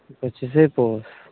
ᱪᱤᱠᱟᱹᱭᱟᱠᱚ